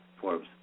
Forbes